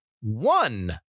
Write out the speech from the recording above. one